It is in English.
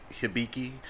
Hibiki